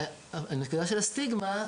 והנקודה של הסטיגמה,